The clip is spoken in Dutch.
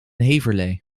heverlee